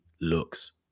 looks